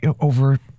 over